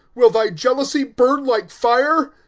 will thy jealousy burn like fire?